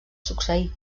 succeir